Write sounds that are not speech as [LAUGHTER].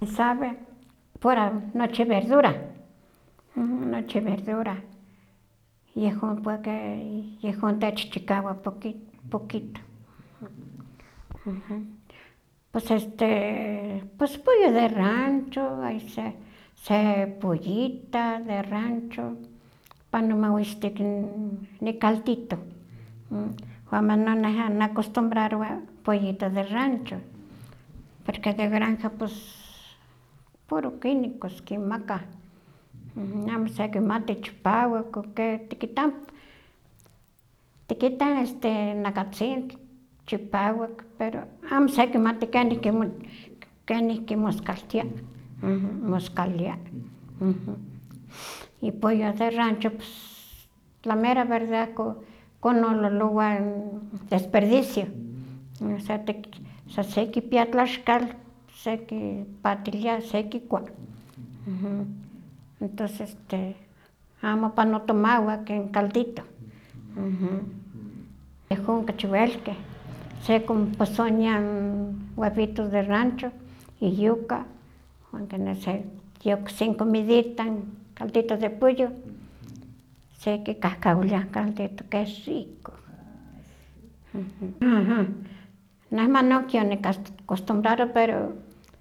Sabe pura nochi verdura, nochi verdura yehon ke yehon techchikawa poqui- poquito, pus este pus pollo de rancho se pollita de rancho pano mawistik n ni caldito, wan manon niacostumbrarowa pollito de rancho porque de granja pus puro químicos kin makah, amo sekimati chipawak, o ke tikita tikitah nakatzintl chipawak pero amo sekimati kenihki mo- kenihki moskaltia, [HESITATION] moskalia. Y pollo de rancho ps la mera verdad konololowah n desperdicio, se sa sekipia tlaxkal, sekipatilia se kikua, entos este amo pano tomawak n caldito, yehon kachi welikeh, sekinposinia webitos de rancho, y yuka- yoiksik n comidita n caldito de pollo sekikahkawilia caldito ke rico, [HESITATION] neh manon kion niacostumbraro pero.